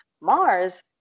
Mars